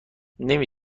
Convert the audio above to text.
نمی